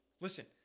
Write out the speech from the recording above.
Listen